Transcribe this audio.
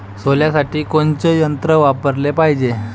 सोल्यासाठी कोनचं यंत्र वापराले पायजे?